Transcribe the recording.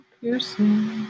piercing